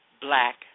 Black